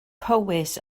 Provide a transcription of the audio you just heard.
powys